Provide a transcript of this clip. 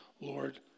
Lord